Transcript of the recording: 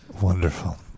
Wonderful